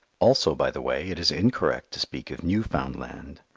also by the way, it is incorrect to speak of new foundland.